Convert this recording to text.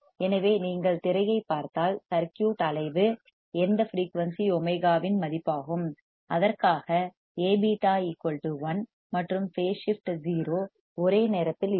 எனவே நீங்கள் திரையைப் பார்த்தால் சர்க்யூட் அலைவு ஆஸிலேஷன் எந்த ஃபிரீயூன்சி ஒமேகாவின் மதிப்பாகும் அதற்காக Aβ 1 மற்றும் பேஸ் ஸிப்ட் 0 ஒரே நேரத்தில் இருக்கும்